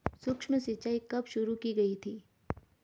सूक्ष्म सिंचाई कब शुरू की गई थी?